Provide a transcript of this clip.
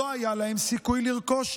עד 1998 לא היה להם סיכוי לרכוש,